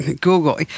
Google